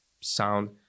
sound